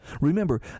Remember